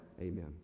Amen